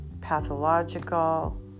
pathological